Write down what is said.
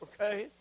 okay